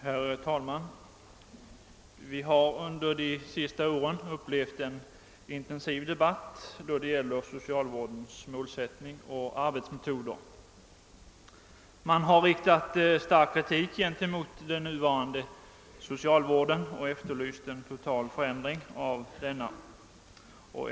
Herr talman! Vi har under de senaste åren upplevt en intensiv debatt om socialvårdens målsättning och arbetsmetoder. Man har riktat stark kritik mot den nuvarande socialvården och efterlyst en total förändring av denna.